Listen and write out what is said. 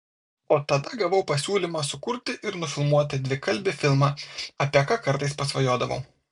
o tada gavau pasiūlymą sukurti ir nufilmuoti dvikalbį filmą apie ką kartais pasvajodavau